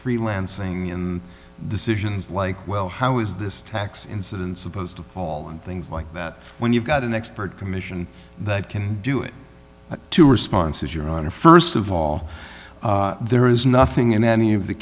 free lancing decisions like well how is this tax incidence supposed to fall and things like that when you've got an expert commission that can do it two responses your honor st of all there is nothing in any of the